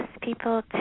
people